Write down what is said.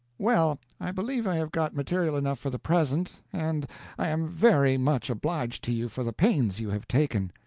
well, i believe i have got material enough for the present, and i am very much obliged to you for the pains you have taken.